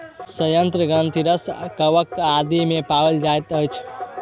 सयंत्र ग्रंथिरस कवक आदि मे पाओल जाइत अछि